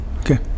Okay